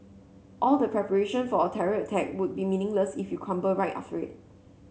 all the preparation for a terror attack would be meaningless if you crumble right after it